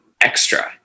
extra